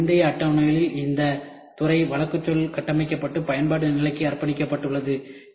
எனவே முந்தைய அட்டவணையில் இந்த துறை வழக்குச்சொல் கட்டமைக்கப்பட்டு பயன்பாட்டு நிலைக்கு அர்ப்பணிக்கப்பட்டுள்ளது